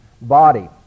body